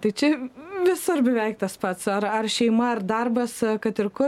tai čia visur beveik tas pats ar ar šeima ar darbas kad ir kur